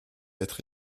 être